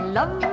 love